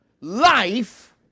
life